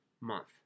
month